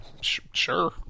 Sure